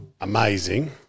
amazing